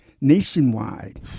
Nationwide